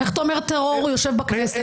ואיך תומך טרור יושב בכנסת?